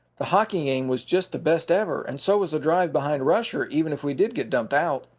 the hockey game was just the best ever, and so was the drive behind rusher, even if we did get dumped out.